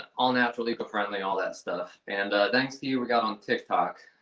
all natural, eco friendly, all that stuff, and thanks to you, we got on tik tok,